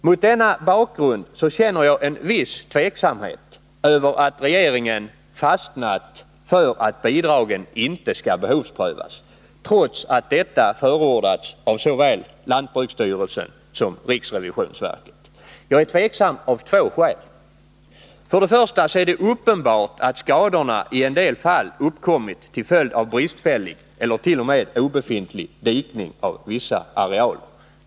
Mot denna bakgrund känner jag en viss tveksamhet över att regeringen stannat för att bidragen inte skall behovsprövas, trots att detta förordats av såväl lantbruksstyrelsen som riksrevisionsverket. Jag är tveksam av två skäl. Den första anledningen till min tveksamhet är att det är uppenbart att skadorna i en del fall uppkommit till följd av bristfällig ellert.o.m. obefintlig dikning av vissa arealer.